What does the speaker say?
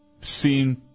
seen